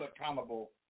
accountable